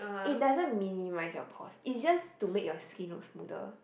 it doesn't minimise your pores it's just to make your skin look smoother